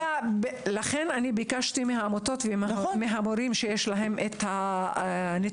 לכן, ביקשתי מהעמותות ומההורים שיש להם נתונים.